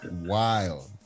wild